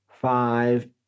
five